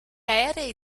aerei